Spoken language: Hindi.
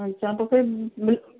अच्छा तो फिर मिल